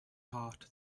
heart